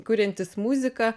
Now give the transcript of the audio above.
kuriantys muziką